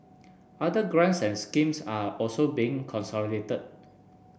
other grants and schemes are also being consolidated